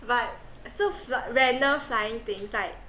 but so fly random flying things like